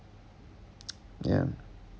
ya